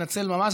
מתנצל ממש,